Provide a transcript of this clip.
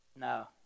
No